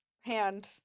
hand